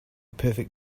perfect